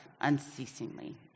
unceasingly